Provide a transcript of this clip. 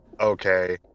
okay